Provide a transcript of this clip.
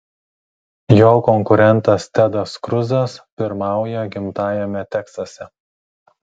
jo konkurentas tedas kruzas pirmauja gimtajame teksase